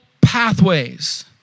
pathways